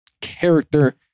character